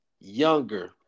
younger